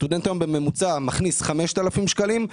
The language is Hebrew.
סטודנט מכניס 5,000 שקלים בממוצע,